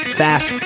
fast